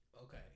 okay